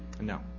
No